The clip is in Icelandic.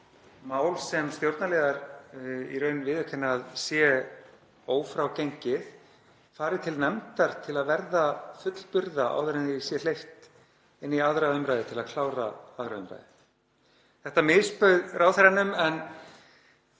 mál sem stjórnarliðar í raun viðurkenna að sé ófrágengið fari til nefndar til að verða fullburða áður en því sé hleypt inn í 2. umr. til að klára 2. umr. Þetta misbauð ráðherranum en